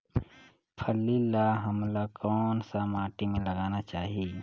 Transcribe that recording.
फल्ली ल हमला कौन सा माटी मे लगाना चाही?